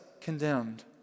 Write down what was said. condemned